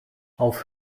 auf